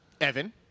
Evan